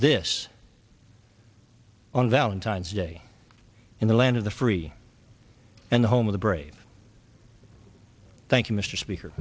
this on valentine's day in the land of the free and the home of the brave thank you mr speaker